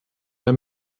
mehr